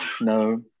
No